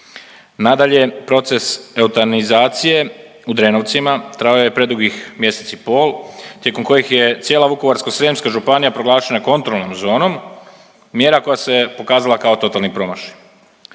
Nadalje, proces eutanizacije u Drenovcima trajao je predugih mjesec i pol tijekom kojih je cijela Vukovarsko-srijemska županija proglašena kontrolnom zonom, mjera koja se pokazala kao totalni promašaj.